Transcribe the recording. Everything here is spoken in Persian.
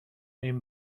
این